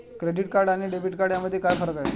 Credit card आणि debit card यामध्ये काय फरक आहे?